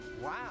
wow